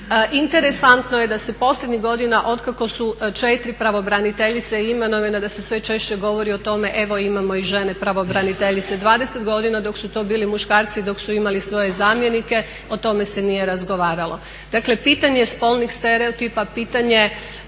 Interesantno je da se posljednjih godina otkako su 4 pravobraniteljice imenovane da se sve češće govori evo imamo i žene pravobraniteljice. 20 godina dok su to bili muškarci, dok su imali svoje zamjenike, o tome se nije razgovaralo. Dakle pitanje spolnih stereotipa, pitanje